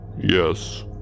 Yes